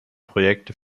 projekte